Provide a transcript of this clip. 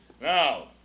Now